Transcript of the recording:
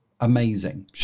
Amazing